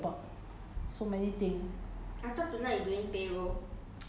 那个 month end 还有很多 report then orh 这个月我还有 G_S_T 要 report